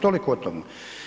Toliko o tome.